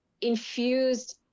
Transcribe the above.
infused